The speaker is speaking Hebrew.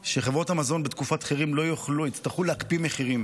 לאזרחים הזדמנות שווה ולסייע להם לצאת ממעגל העוני.